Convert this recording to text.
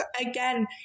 Again